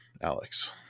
Alex